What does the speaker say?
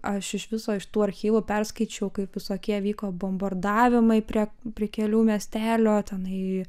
aš iš viso iš tų archyvų perskaičiau kaip visokie vyko bombardavimai prie pikelių miestelio tenai